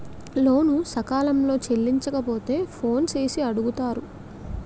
లోను సకాలంలో చెల్లించకపోతే ఫోన్ చేసి అడుగుతారు